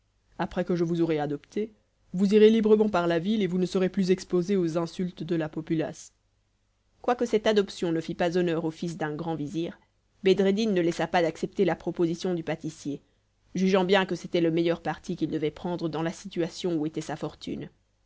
après que je vous aurai adopté vous irez librement par la ville et vous ne serez plus exposé aux insultes de la populace quoique cette adoption ne fît pas honneur au fils d'un grand vizir bedreddin ne laissa pas d'accepter la proposition du pâtissier jugeant bien que c'était le meilleur parti qu'il devait prendre dans la situation où était sa fortune